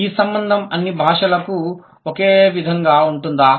ఈ సంబంధం అన్ని భాషలకు ఒకే విధంగా ఉంటుందా